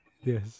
Yes